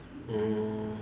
mm